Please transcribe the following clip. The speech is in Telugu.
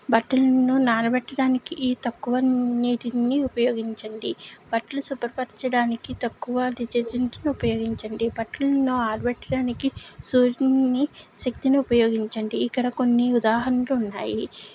బట్టలను నానబెట్టడానికి ఈ తక్కువ నీటిని ఉపయోగించండి బట్టలు శుభ్రపరచడానికి తక్కువ డిటర్జెంట్ ఉపయోగించండి బట్టలను ఆరబెట్టడానికి శక్తిని ఉపయోగించండి ఇక్కడ కొన్ని ఉదాహరణలు ఉన్నాయి